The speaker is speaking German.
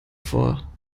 vor